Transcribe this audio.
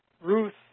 Ruth